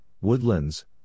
Woodlands